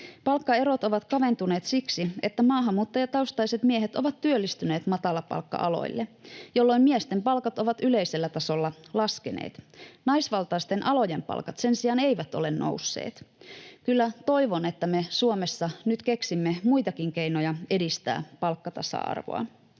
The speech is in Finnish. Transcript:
Palkkaerot ovat kaventuneet siksi, että maahanmuuttajataustaiset miehet ovat työllistyneet matalapalkka-aloille, jolloin miesten palkat ovat yleisellä tasolla laskeneet. Naisvaltaisten alojen palkat sen sijaan eivät ole nousseet. Kyllä toivon, että me Suomessa nyt keksimme muitakin keinoja edistää palkkatasa-arvoa.